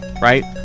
right